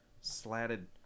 slatted